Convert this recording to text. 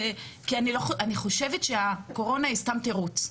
כי אני חושבת שהקורונה היא באמת סתם תירוץ,